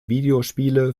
videospiele